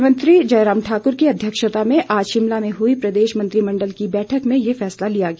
मुख्यमंत्री जयराम ठाकुर की अध्यक्षता में आज शिमला में हुई प्रदेश मंत्रिमंडल की बैठक में ये फैसला लिया गया